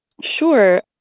Sure